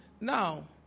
Now